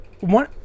one